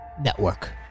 network